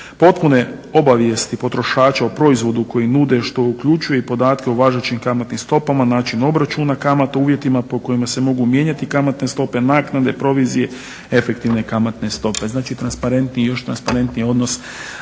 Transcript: potpuno obavijesti potrošača o proizvodu koji nude što uključuje i podatke o važećim kamatnim stopama, način obračuna kamata, uvjetima po kojima se mogu mijenjati kamatne stope, naknade, provizije, efektivne kamatne stope. Znači još transparentniji odnos